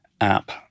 app